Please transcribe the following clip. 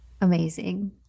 Amazing